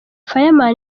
fireman